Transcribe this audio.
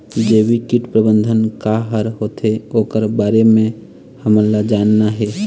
जैविक कीट प्रबंधन का हर होथे ओकर बारे मे हमन ला जानना हे?